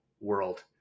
world